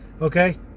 okay